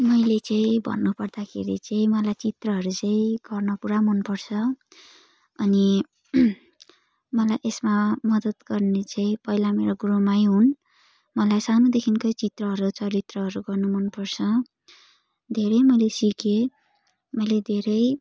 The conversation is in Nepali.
मैले चाहिँ भन्नु पर्दाखेरि चाहिँ मलाई चित्रहरू चाहिँ गर्न पुरा मन पर्छ अनि मलाई यसमा मदद गर्ने चाहिँ पहिला मेरो गुरुमै हुन् मलाई सानोदेखिन्कै चित्रहरू चरित्रहरू गर्नु मन पर्छ धेरै मैले सिकेँ मैले धेरै